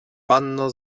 panno